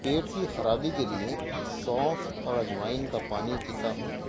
پیٹ کی خرابی کے لیے سونف اور اجوائن کا پانی پیتا ہوں